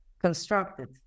constructed